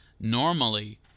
normally